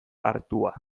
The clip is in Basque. hartua